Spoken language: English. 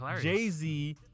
Jay-Z